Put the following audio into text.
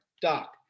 Doc